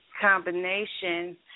combination